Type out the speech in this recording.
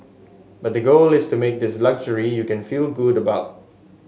but the goal is to make this luxury you can feel good about